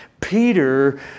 Peter